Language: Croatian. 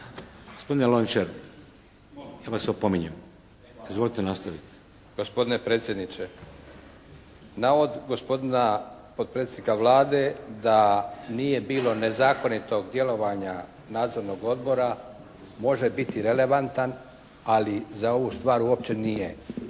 Gospodine Lončar, ja vas opominjem. Izvolite nastaviti. **Leko, Josip (SDP)** Gospodine predsjedniče. Navod gospodina potpredsjednika Vlade da nije bilo nezakonitog djelovanja Nadzornog odbora može biti relevantan, ali za ovu stvar uopće nije